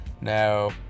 Now